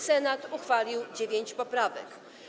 Senat uchwalił 9 poprawek.